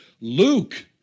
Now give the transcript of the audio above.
Luke